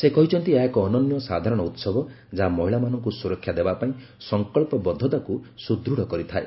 ସେ କହିଛନ୍ତି ଏହା ଏକ ଅନନ୍ୟ ସାଧାରଣ ଉତ୍ସବ ଯାହା ମହିଳାମାନଙ୍କୁ ସୁରକ୍ଷା ଦେବା ପାଇଁ ସଂକଳ୍ପବଦ୍ଧତାକୁ ସୁଦୃଢ଼ କରିଥାଏ